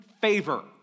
favor